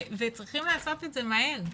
וצריכים לעשות את זה מהר.